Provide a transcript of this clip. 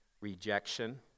rejection